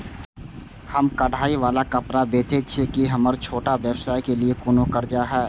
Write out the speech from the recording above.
हम कढ़ाई वाला कपड़ा बेचय छिये, की हमर छोटा व्यवसाय के लिये कोनो कर्जा है?